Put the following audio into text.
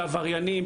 עבריינים,